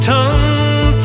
Tongue